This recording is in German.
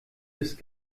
ist